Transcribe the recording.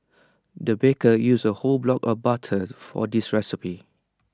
the baker used A whole block of butter for this recipe